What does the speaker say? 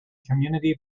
community